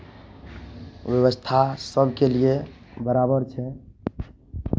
व्यवस्था सभके लिए बराबर छै